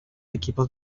equipos